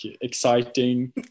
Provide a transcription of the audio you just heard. exciting